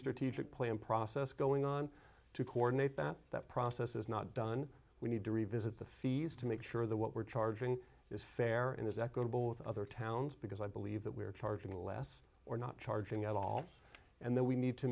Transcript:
strategic planning process going on to coordinate that that process is not done we need to revisit the fees to make sure that what we're charging is fair and equitable with other towns because i believe that we're charging less or not charging at all and then we need to